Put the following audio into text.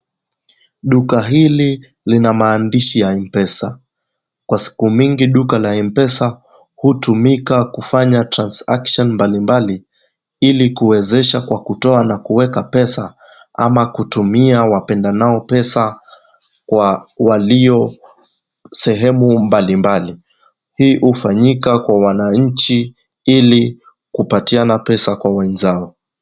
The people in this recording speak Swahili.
Duka hili lina maandishi ya M-Pesa. Kwa siku mingi duka la M-Pesa hutumika kufanya transaction mbalimbali ili kuwezesha kwa kutoa na kuweka pesa ama kutumia wapendanao pesa kwa walio sehemu mbalimbali. Hii hufanyika kwa wananchi ili kupatiana pesa kwa wenzao.